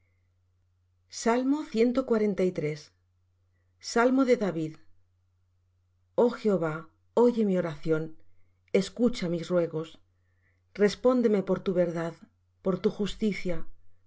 tú me serás propicio salmo de david oh jehová oye mi oración escucha mis ruegos respóndeme por tu verdad por tu justicia